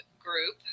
group